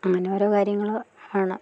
അങ്ങനോരോ കാര്യങ്ങള് ആണ്